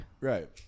Right